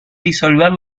disolver